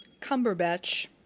Cumberbatch